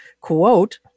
quote